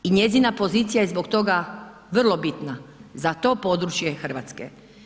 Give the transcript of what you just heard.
I njezina pozicija je zbog toga vrlo bitna za to područje Hrvatske.